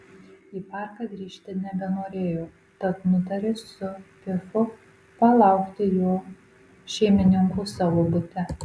į parką grįžti nebenorėjo tad nutarė su pifu palaukti jo šeimininkų savo bute